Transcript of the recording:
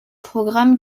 programmes